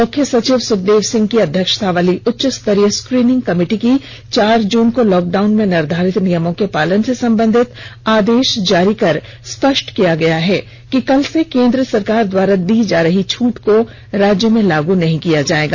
मुख्य सचिव सुखदेव सिंह की अध्यक्षतावाली उच्चस्तरीय स्क्रीनिंग कमिटि ने चार जून को लॉकडाउन में निर्धारित नियमों के पालन से संबंधित आदेष जारी कर स्पष्ट कर दिया है कि केन्द्र सरकार द्वारा दी जा रही छूट को राज्य में लागू नहीं किया जाएगा